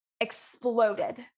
exploded